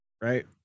right